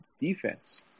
defense